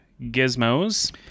Gizmos